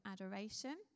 adoration